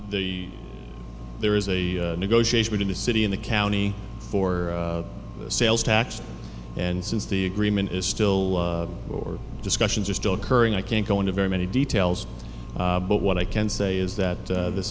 the there is a negotiation in the city in the county for the sales tax and since the agreement is still or discussions are still occurring i can't go into very many details but what i can say is that this